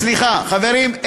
סליחה, חברים.